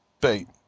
bait